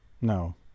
No